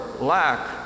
lack